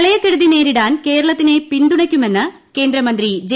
പ്രളയക്കെടുതി നേരിടാൻ കേരളത്തിനെ പിന്തുണയ്ക്കുമെന്ന് കേന്ദ്രമന്ത്രി ജെ പി നദ്ദ